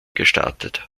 gestartet